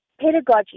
pedagogy